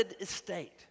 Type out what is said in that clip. estate